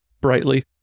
brightly